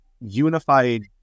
unified